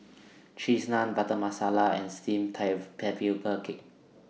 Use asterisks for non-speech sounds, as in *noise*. Cheese Naan Butter Masala and Steamed *unintelligible* Cake